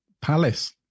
palace